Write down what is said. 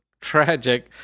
tragic